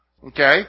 okay